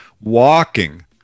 walking